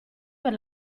per